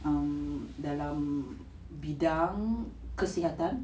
um dalam bidang kesihatan